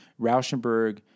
Rauschenberg